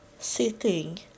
sitting